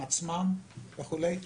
הם עצמם וכולי.